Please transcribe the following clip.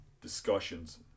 discussions